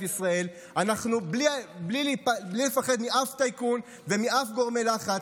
ישראל בלי לפחד מאף טייקון ומאף גורם לחץ,